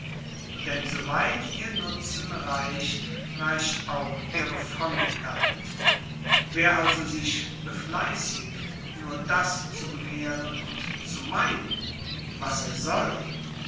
denn so weit ihr nutzen reicht reicht auch ihre frömmigkeit wer also sich befleißigt nur das zu begehren und zu meiden was er soll